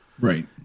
Right